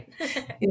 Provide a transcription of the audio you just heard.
right